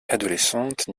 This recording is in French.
adolescente